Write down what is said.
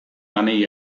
lanei